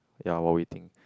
ya while waiting